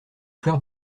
fleur